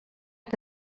que